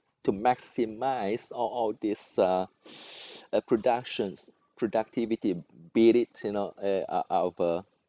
to maximize all all these uh productions productivity beat it you know uh uh of uh